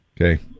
Okay